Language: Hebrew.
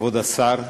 כבוד השר,